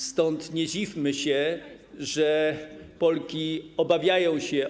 Stąd nie dziwmy się, że Polki obawiają się